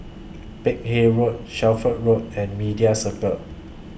Peck Hay Road Shelford Road and Media Circle